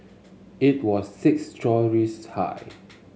it was six storeys high